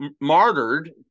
martyred